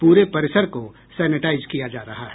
pray परिसर को sanitise किया जा रहा है